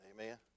Amen